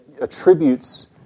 attributes